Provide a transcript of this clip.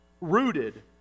rooted